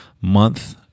month